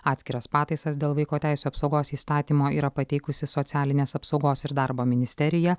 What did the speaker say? atskiras pataisas dėl vaiko teisių apsaugos įstatymo yra pateikusi socialinės apsaugos ir darbo ministerija